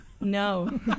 no